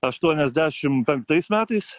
aštuoniasdešim penktais metais